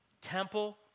temple